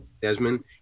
desmond